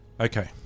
Okay